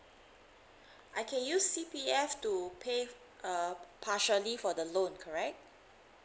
I can use C_P_F to pay uh partially for the loan correct